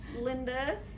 Linda